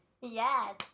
Yes